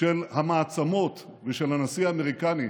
של המעצמות בשביל הנשיא האמריקני,